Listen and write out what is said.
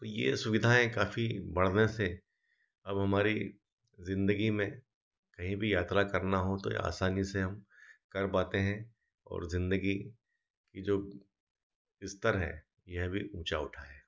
तो ये सुविधाएँ काफ़ी बढ़ने से अब हमारी ज़िन्दगी में कहीं भी यात्रा करना हो तो आसानी से हम कर पाते हैं और ज़िन्दगी का जो स्तर है यह भी ऊँचा उठा है